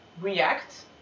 react